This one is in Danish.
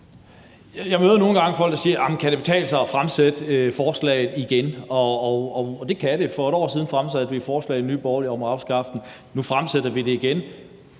Jeg møder nogle gange folk, der spørger, om det kan betale sig at fremsætte forslag igen, og det kan det. For et år siden fremsatte vi i Nye Borgerlige et forslag om at afskaffe det; nu fremsætter vi det igen,